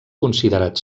considerat